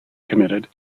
committed